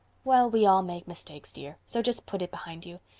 well, we all make mistakes, dear, so just put it behind you.